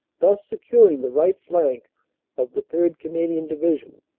thus securing the right flank of the third. canadian division.